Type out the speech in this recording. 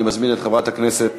אני מזמין את חברת הכנסת